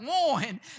one